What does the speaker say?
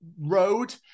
road